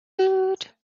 woot